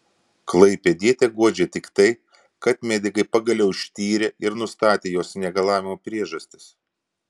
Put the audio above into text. klaipėdietę guodžia tik tai kad medikai pagaliau ištyrė ir nustatė jos negalavimų priežastis